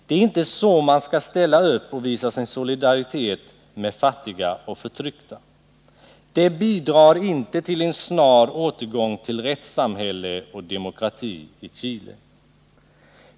Det är inte så man skall ställa upp och visa sin solidaritet med fattiga och förtryckta. Det bidrar inte till en snar återgång till rättssamhälle och demokrati i Chile.